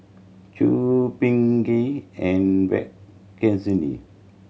Choor Pingali and Verghese